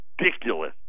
ridiculous